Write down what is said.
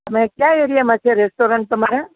તમાર કયા એરિયામાં છે રેસ્ટોરન્ટ